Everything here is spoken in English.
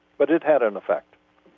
but it had an effect.